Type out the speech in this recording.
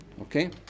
Okay